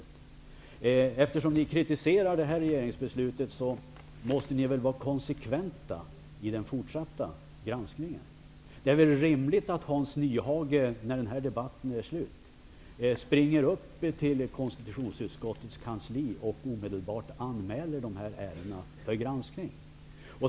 Eftersom ni kritiserar detta regeringsbeslut, måste ni väl vara konsekventa i den fortsatta granskningen. Det är rimligt att Hans Nyhage, när denna debatt är slut, springer upp till konstitutionsutskottets kansli och omedelbart anmäler även dessa andra ärenden för granskning.